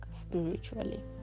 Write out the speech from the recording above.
spiritually